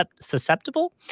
susceptible